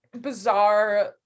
bizarre